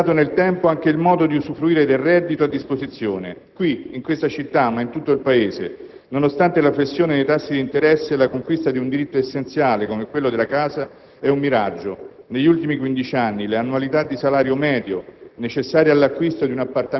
La realtà è che viviamo in un Paese segnato da insopportabili squilibri. E' mutato nel tempo anche il modo di usufruire del reddito a disposizione. Qui, in questa città, ma in tutto il Paese, nonostante la flessione dei tassi di interesse, la conquista di un diritto essenziale come quello della casa è un miraggio.